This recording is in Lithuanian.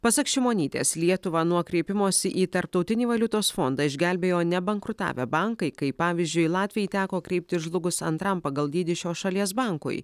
pasak šimonytės lietuvą nuo kreipimosi į tarptautinį valiutos fondą išgelbėjo ne bankrutavę bankai kaip pavyzdžiui latvijai teko kreiptis žlugus antram pagal dydį šios šalies bankui